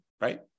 Right